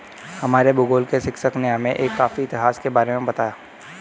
हमारे भूगोल के शिक्षक ने हमें एक कॉफी इतिहास के बारे में बताया